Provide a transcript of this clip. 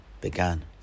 began